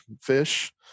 fish